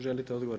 Želite odgovor?